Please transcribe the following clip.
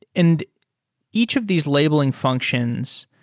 in each of these labeling functions,